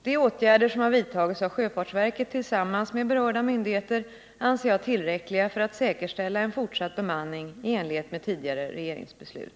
De åtgärder som har vidtagits av sjöfartsverket tillsammans med berörda myndigheter anser jag tillräckliga för att säkerställa en fortsatt bemanning i enlighet med tidigare regeringsbeslut.